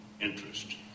interest